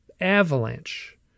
avalanche